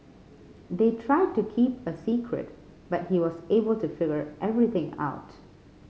they tried to keep a secret but he was able to figure everything out